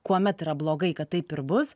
kuomet yra blogai kad taip ir bus